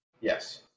Yes